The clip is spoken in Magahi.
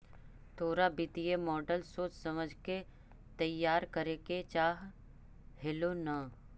तोरा वित्तीय मॉडल सोच समझ के तईयार करे के चाह हेलो न